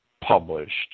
published